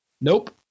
Nope